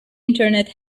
internet